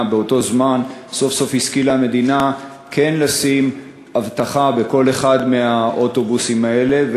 באותו זמן כן לשים אבטחה בכל אחד מהאוטובוסים האלה,